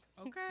Okay